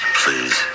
please